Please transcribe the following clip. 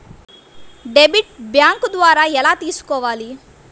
Debit bank ద్వారా ఎలా తీసుకోవాలి?